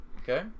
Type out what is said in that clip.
okay